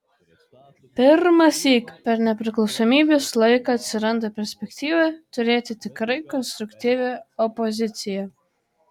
pirmąsyk per nepriklausomybės laiką atsiranda perspektyva turėti tikrai konstruktyvią opoziciją